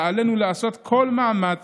ועלינו לעשות כל מאמץ